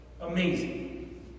Amazing